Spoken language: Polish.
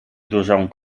dużą